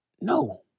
no